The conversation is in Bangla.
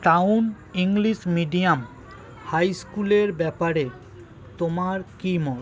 টাউন ইংলিশ মিডিয়াম হাই স্কুলের ব্যাপারে তোমার কী মত